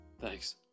Thanks